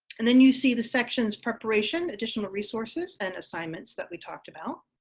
and then you see the sections preparation, additional resources, and assignments that we talked about.